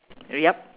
yup